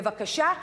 בבקשה,